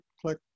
click